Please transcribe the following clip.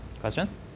Questions